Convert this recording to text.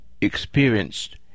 experienced